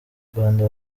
rwanda